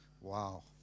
Wow